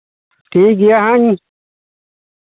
ᱴᱷᱤᱠ ᱜᱮᱭᱟ ᱦᱚᱸᱜ ᱤᱧ